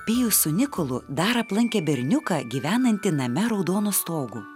pijus su nikolu dar aplankė berniuką gyvenantį name raudonu stogu